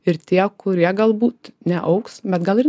ir tie kurie galbūt neaugs bet gal ir